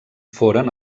foren